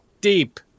deep